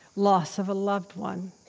loss of a loved one,